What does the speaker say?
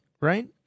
right